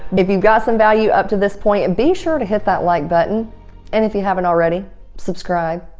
if you've got some value up to this point and be sure to hit that like button and if you haven't already subscribe.